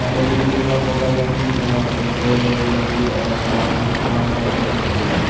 നല്ല രീതിയിലുള്ള ഫോട്ടോഗ്രാഫി എടുത്തതിൻ്റെ പേരിലെനിക്ക് ആ പ്രോത്സാഹന സമ്മാനോം കാര്യങ്ങളൊക്കെ കിട്ടീട്ടുണ്ട്